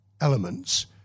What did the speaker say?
elements